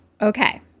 Okay